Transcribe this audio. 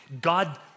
God